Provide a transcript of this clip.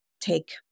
take